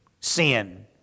sin